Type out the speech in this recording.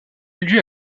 lieu